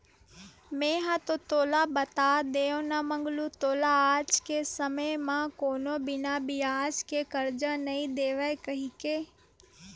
मेंहा तो तोला बता देव ना मंगलू तोला आज के समे म कोनो बिना बियाज के करजा नइ देवय कहिके